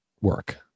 work